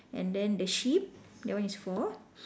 and then the sheep that one is four